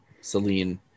Celine